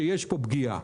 שיש פה פגיעה.